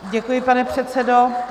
Děkuji, pane předsedo.